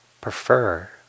prefer